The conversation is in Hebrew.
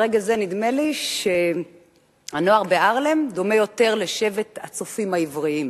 ברגע זה נדמה לי שהנוער בהארלם דומה יותר לשבט הצופים העבריים.